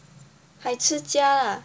海吃家 lah